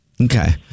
Okay